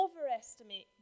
overestimate